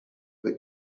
but